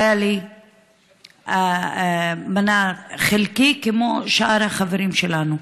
והייתה לי מנה חלקית, כמו לשאר החברים שלנו.